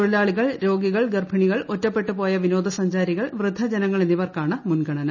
തൊഴിലാളികൾ രോഗികൾ ഗർഭിണികൾ ഒറ്റപ്പെട്ടു പോയ വിനോദസഞ്ചാരികൾ വൃദ്ധജനങ്ങൾ എന്നിവർക്കാ ണ് മുൻഗണന